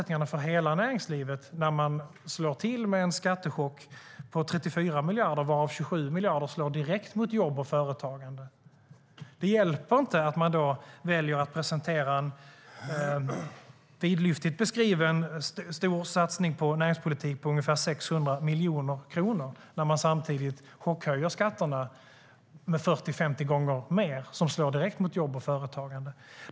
När man slår till med en skattechock på 34 miljarder, varav 27 miljarder slår direkt mot jobb och företagande, blir det ett problem för förutsättningarna för hela näringslivet. Det hjälper inte att man väljer att presentera en vidlyftigt beskriven stor satsning på näringspolitik, en satsning på ungefär 600 miljoner kronor, när man samtidigt chockhöjer skatterna med 40-50 gånger mer, vilket slår direkt mot jobb och företagande.